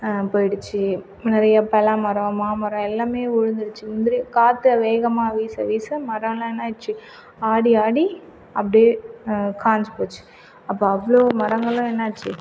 போயிடுச்சு நிறைய பலாமரம் மாம்மரம் எல்லாமே விழுந்துடுச்சு முந்திரி காற்று வேகமாக வீச வீச மரம்லாம் என்னாச்சு ஆடி ஆடி அப்படியே காஞ்சி போச்சு அப்போ அவ்வளோ மரங்களும் என்னாச்சு